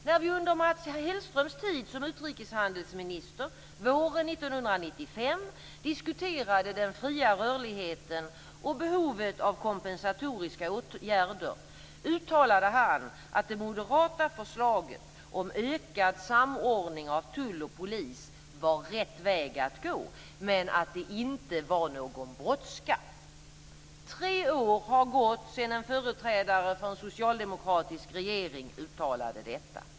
När vi under Mats Hellströms tid som utrikeshandelsminister våren 1995 diskuterade den fria rörligheten och behovet av kompensatoriska åtgärder uttalade han att det moderata förslaget om ökad samordning av tull och polis var rätt väg att gå, men att det inte var någon brådska. Tre år har gått sedan en företrädare för en socialdemokratisk regering uttalade detta.